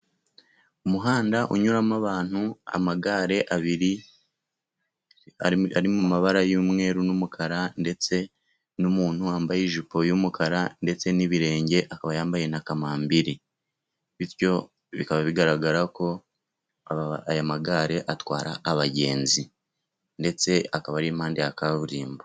Umuhanda unyuramo abantu amagare abiri, ari mu mabara y'umweru n'umukara, ndetse n'umuntu wambaye ijipo y'umukara ndetse n'ibirenge, akaba yambaye na kamambiri bityo bikaba bigaragara ko aya magare atwara abagenzi, ndetse akaba ari iruhande rwa kaburimbo.